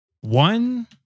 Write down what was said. One